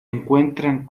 encuentran